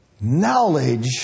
knowledge